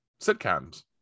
sitcoms